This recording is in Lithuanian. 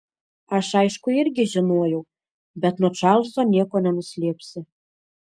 aš aišku irgi žinojau bet nuo čarlzo nieko nenuslėpsi